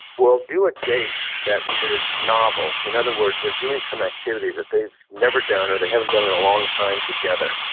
will do a date that is novel. in other words, they're doing some activity that they've never done or they haven't done in a long time together.